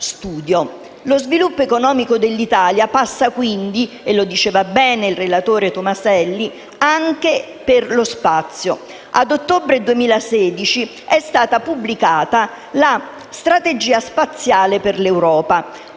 Lo sviluppo economico dell'Italia passa quindi, come affermato compiutamente dal relatore Tomaselli, anche per lo spazio. Ad ottobre 2016 è stata pubblicata la «Strategia spaziale per l'Europa».